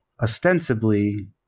ostensibly